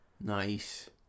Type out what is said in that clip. Nice